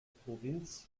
provinz